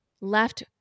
left